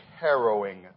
harrowing